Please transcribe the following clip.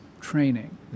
training